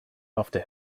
after